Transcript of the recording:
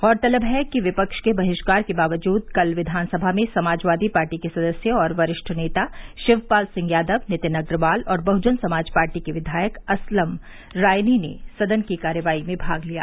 गौरतलब है कि विपक्ष के बहिष्कार के बावजूद कल विधानसभा में समाजवादी पार्टी के सदस्य और वरिष्ठ नेता शिवपाल सिंह यादव नितिन अग्रवाल और बहुजन समाज पार्टी के विधायक असलम रायनी ने सदन की कार्यवाही में भाग लिया